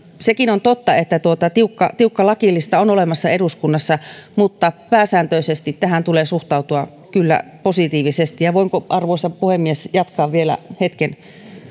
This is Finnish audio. sekin on totta että tiukka tiukka lakilista on olemassa eduskunnassa mutta pääsääntöisesti tähän tulee kyllä suhtautua positiivisesti voinko arvoisa puhemies jatkaa vielä hetken